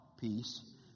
Peace